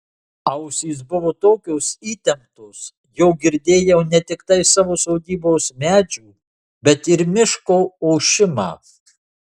ausys buvo tokios įtemptos jog girdėjau ne tiktai savo sodybos medžių bet ir miško ošimą